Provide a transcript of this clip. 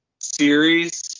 series